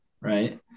right